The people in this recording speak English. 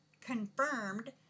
confirmed